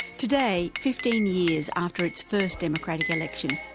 today, fifteen years after its first democratic election,